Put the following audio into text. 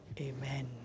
Amen